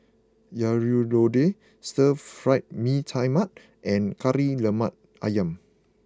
Sayur Lodeh Stir Fried Mee Tai Mak and Kari Lemak Ayam